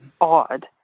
odd